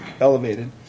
elevated